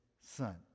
Son